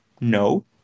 no